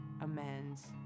amends